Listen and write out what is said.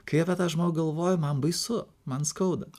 kai apie tą žmogų galvoju man baisu man skauda